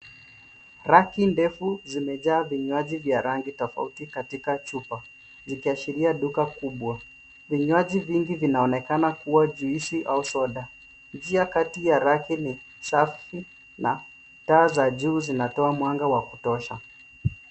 Raki ndefu zimejaa vinywaji za rangi tofauti katika chupa, zikiashiria duka kubwa. Vinywaji vingi vinaonekana kuwa juisi au soda. Njia kati ya raki ni safi na taa za juu zinatoa mwanga wa kutosha.